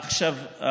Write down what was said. עכשיו,